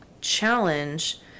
challenge